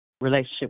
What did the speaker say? relationship